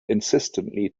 insistently